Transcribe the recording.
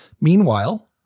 Meanwhile